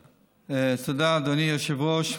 תודה, אדוני היושב-ראש.